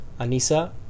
Anissa